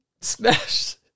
smashed